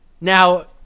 Now